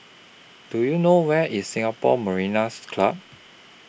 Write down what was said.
Do YOU know Where IS Singapore Mariners' Club